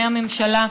מהממשלה,